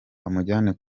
bamujyane